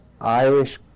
Irish